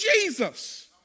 Jesus